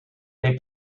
they